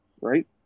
right